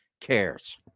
cares